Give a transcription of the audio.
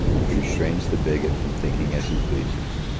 which restrains the bigot from thinking as he pleases,